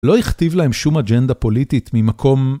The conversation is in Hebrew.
לא הכתיב להם שום אג'נדה פוליטית ממקום...